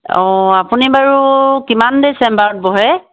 অঁ আপুনি বাৰু কিমান দেৰি চেম্বাৰত বহে